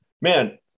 man